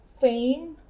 fame